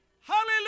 Hallelujah